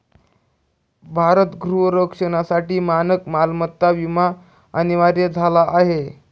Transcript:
भारत गृह रक्षणासाठी मानक मालमत्ता विमा अनिवार्य झाला आहे